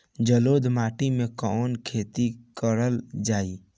जलोढ़ माटी में कवन खेती करल जाई?